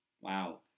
Wow